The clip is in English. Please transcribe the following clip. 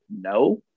No